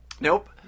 Nope